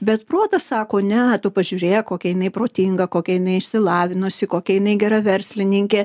bet protas sako ne tu pažiūrėk kokia jinai protinga kokia jinai išsilavinusi kokia jinai gera verslininkė